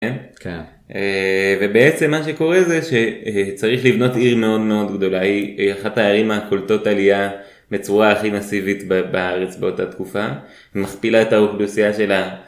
ובעצם מה שקורה זה שצריך לבנות עיר מאוד מאוד גדולה היא אחת הערים הקולטות עליה בצורה הכי מסיבית בארץ באותה תקופה מכפילה את האוכלוסייה שלה.